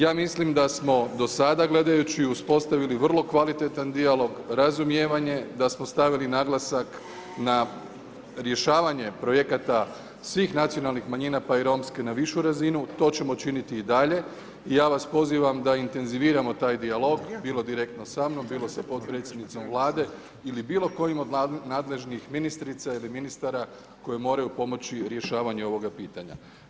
Ja mislim da smo do sada gledajući, uspostavili vrlo kvalitetan dijalog, razumijevanje, da smo stavili naglasak, na rješavanje projekata svih nacionalnih manjina, pa i Romske, na višu razinu, to ćemo činiti i dalje i ja vas pozivam da intenziviramo taj dijalog, bilo direktno sa mnom, bilo sa potpredsjednicom Vlade ili bilo kojim od nadležnih ministrica ili ministara, koji moraju pomoći rješavanju ovoga pitanja.